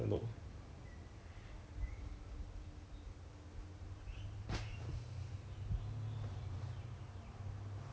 that's why that's why 他讲 he's not taking up then err he's not taking up so he say he's just waiting for whatever lah the company 怎样讲 then he will he will